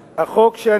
החוקה.